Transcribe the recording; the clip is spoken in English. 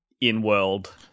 in-world